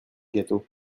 gâteaux